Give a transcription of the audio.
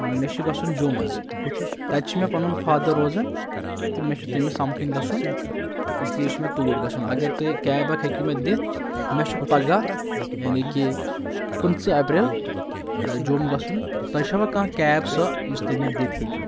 مےٚ چھُ گژھُن جوٚم حظ تتہِ چھِ مےٚ پنُن فادر روزَان تہٕ مےٚ چھُ تٔمِس سمکھٕنۍ گژھُن تہٕ اس لیے چھُ مےٚ تورۍ گژھُن اگر تُہۍ کَیب ہیٚکِو مےٚ دِتھ مےٚ چھُ پگہہ یعنے کہِ پٕنٛژٕہ اپریل جوٚم گژھُن تۄہہِ چھوا کانٛہہ کَیب سۄ یُس تُہۍ مےٚ دِتھ ہیٚکِو